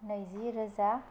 नैजि रोजा